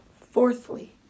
Fourthly